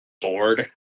board